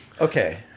Okay